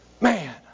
Man